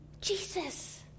Jesus